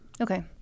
Okay